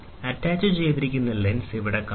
അറ്റാച്ചുചെയ്തിരിക്കുന്ന lens ഇവിടെ കാണാം